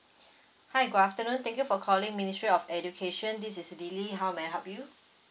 hi good afternoon thank you for calling ministry of education this is lily how may I help you